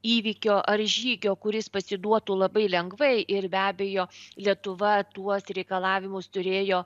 įvykio ar žygio kuris pasiduotų labai lengvai ir be abejo lietuva tuos reikalavimus turėjo